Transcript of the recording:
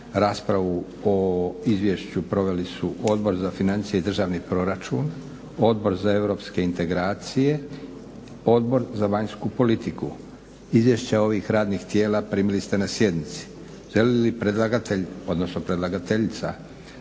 Raspravu o izvješću proveli su Odbor za financije i državni proračun, Odbor za europske integracije, Odbor za vanjsku politiku. Izvješća ovih radnih tijela primili ste na sjednici. Želi li predlagatelj odnosno predlagateljica